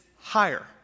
higher